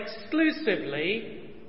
exclusively